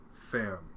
fam